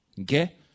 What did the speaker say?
Okay